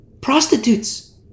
Prostitutes